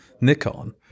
Nikon